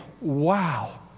wow